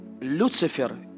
Lucifer